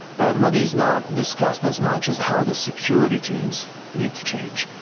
but what is not discussed as much as how the security teams need to change,